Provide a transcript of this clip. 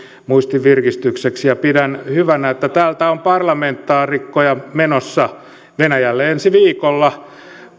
muistin virkistykseksi ja pidän hyvänä että täältä on parlamentaarikkoja menossa venäjälle ensi viikolla